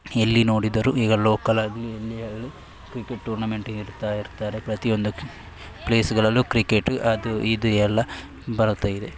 ಎಲ್ಲಿ ನೋಡಿದರೂ ಈಗ ಲೋಕಲಾಗಲಿ ಎಲ್ಲಿ ಆಗಲಿ ಕ್ರಿಕೆಟ್ ಟೂರ್ನಮೆಂಟ್ ಇಡ್ತಾ ಇರ್ತಾರೆ ಪ್ರತಿಯೊಂದಕ್ಕೂ ಪ್ಲೇಸ್ಗಳಲ್ಲು ಕ್ರಿಕೆಟು ಅದು ಇದು ಎಲ್ಲ ಬರ್ತಾಯಿದೆ